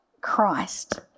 Christ